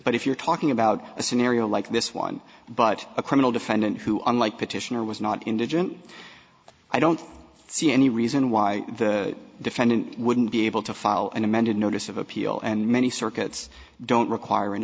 but if you're talking about a scenario like this one but a criminal defendant who unlike petitioner was not indigent i don't see any reason why the defendant wouldn't be able to file an amended notice of appeal and many circuits don't require an